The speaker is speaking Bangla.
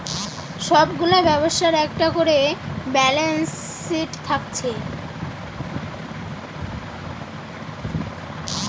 সব গুলা ব্যবসার একটা কোরে ব্যালান্স শিট থাকছে